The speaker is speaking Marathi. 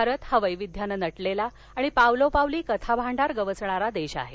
भारत हा वैविध्यानं नटलेला आणि पावलोपावली कथाभांडार गवसणारा देश आहे